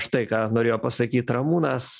štai ką norėjo pasakyt ramūnas